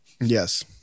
yes